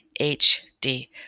HD